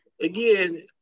Again